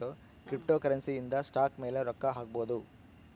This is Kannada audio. ಕ್ರಿಪ್ಟೋಕರೆನ್ಸಿ ಇಂದ ಸ್ಟಾಕ್ ಮೇಲೆ ರೊಕ್ಕ ಹಾಕ್ಬೊದು